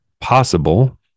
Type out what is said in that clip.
possible